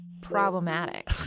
problematic